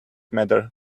matter